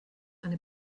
eine